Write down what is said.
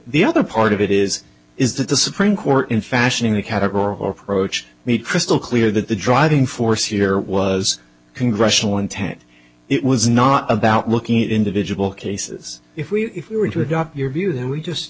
the other part of it is is that the supreme court in fashioning the category or approach me crystal clear that the driving force here was congressional intent it was not about looking at individual cases if we were to adopt your view that we just